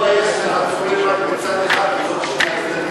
מדוע יש עצורים רק בצד אחד ולא בשני הצדדים?